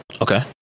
Okay